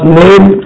name